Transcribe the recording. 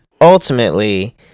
ultimately